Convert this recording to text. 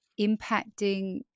impacting